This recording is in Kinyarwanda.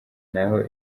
naho